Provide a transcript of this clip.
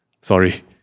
Sorry